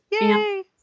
Yay